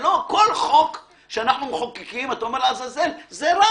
כל חוק שאנחנו מחוקקים אנחנו אומרים שזה רק.